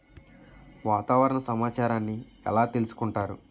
వాతావరణ సమాచారాన్ని ఎలా తెలుసుకుంటారు?